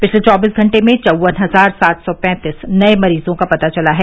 पिछले चौबीस घंटे में चौवन हजार सात सौ पैंतीस नए मरीजों का पता चला है